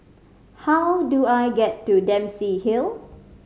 how do I get to Dempsey Hill